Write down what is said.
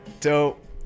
Dope